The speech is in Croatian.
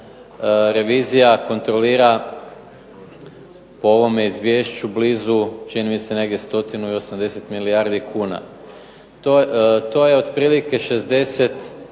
revizija kontrolira po ovome izvješću blizu čini mi se negdje stotinu i 80 milijardi kuna. To je otprilike 60%